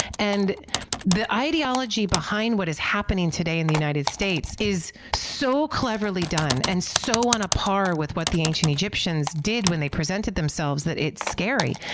and the ideology behind what is happening today in the united states is so cleverly done and so on a par with what the ancient egyptians did when they presented themselves that it's scary.